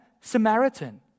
Samaritan